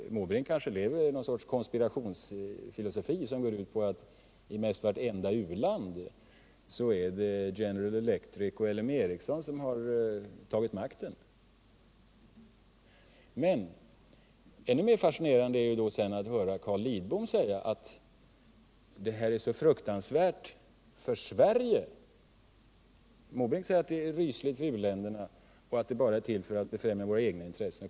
Bertil Måbrink kanske har något slags konspirationsfilosofi som går ut på att i mest vartenda u-land är det General Electric och L M Ericsson som har tagit makten. Men ännu mer fascinerande är det ändå att höra Carl Lidbom säga att det här är så fruktansvärt för Sverige. Bertil Måbrink säger att det är rysligt för uländerna och att det bara är till för att befrämja våra egna intressen.